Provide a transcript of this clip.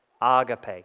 agape